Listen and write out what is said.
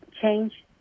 change